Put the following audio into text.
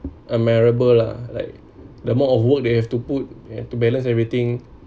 admirable lah like the amount of work they have to put and to balance everything